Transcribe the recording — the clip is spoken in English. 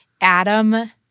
Adam